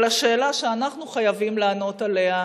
אבל השאלה שאנחנו חייבים לענות עליה: